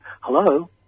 hello